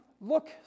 look